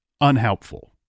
unhelpful